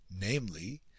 namely